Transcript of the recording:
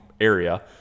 area